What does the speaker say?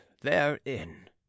therein